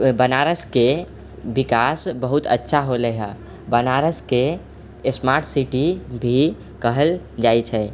बनारसके विकास बहुत अच्छा होलै हँ बनारसके स्मार्ट सिटी भी कहल जाइ छै